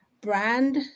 brand